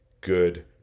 good